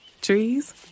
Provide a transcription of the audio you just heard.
Trees